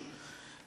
"כבוש",